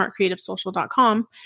smartcreativesocial.com